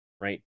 Right